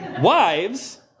Wives